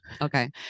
okay